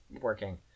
working